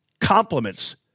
compliments